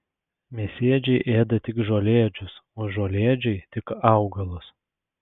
mėsėdžiai ėda tik žolėdžius o žolėdžiai tik augalus